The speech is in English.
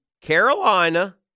Carolina